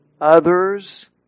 others